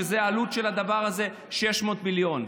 העלות של זה היא 600 מיליון.